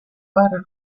para